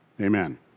amen